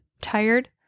tired